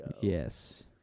Yes